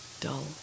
dull